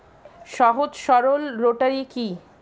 সহজ সরল রোটারি কি?